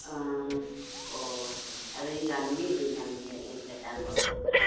ஆ ஓ சரி அதையும் காமியுங்க இதையும் காமியுங்க எது செட் ஆகும்னு பார்ப்போம்